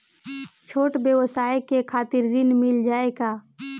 छोट ब्योसाय के खातिर ऋण मिल जाए का?